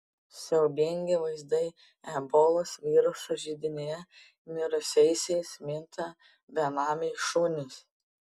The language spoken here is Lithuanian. siaubingi vaizdai ebolos viruso židinyje mirusiaisiais minta benamiai šunys